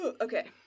Okay